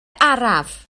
araf